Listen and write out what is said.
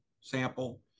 sample